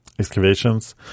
Excavations